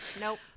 Nope